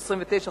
29,